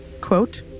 quote